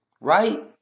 Right